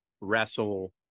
wrestle